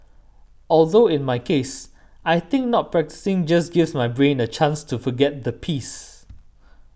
although in my case I think not practising just gives my brain a chance to forget the piece